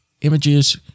images